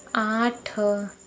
आठ